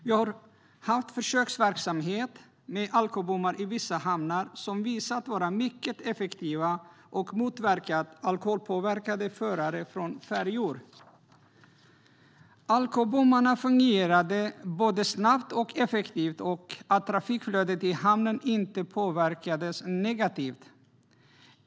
Vi har haft försöksverksamhet med alkobommar i vissa hamnar som visat att dessa är mycket effektiva och förhindrar alkoholpåverkade förare från färjor. Alkobommarna fungerade både snabbt och effektivt, och trafikflödet i hamnen påverkades inte negativt.